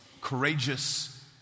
courageous